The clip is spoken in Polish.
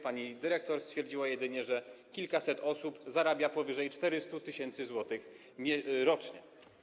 Pani dyrektor stwierdziła jedynie, że kilkaset osób zarabia powyżej 400 tys. zł rocznie.